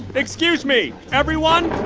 excuse me, everyone.